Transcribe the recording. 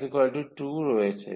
xy2 রয়েছে